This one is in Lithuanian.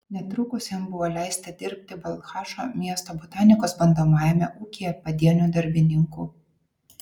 netrukus jam buvo leista dirbti balchašo miesto botanikos bandomajame ūkyje padieniu darbininku